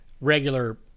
regular